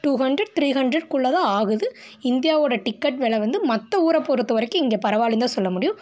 two hundred three ஹண்ட்ரட்குள்ளதான் ஆகுது இந்தியாவோடய டிக்கெட் வில வந்து மற்ற ஊரை பொறுத்த வரைக்கும் இங்கே பரவாயில்லைந்தான் சொல்ல முடியும்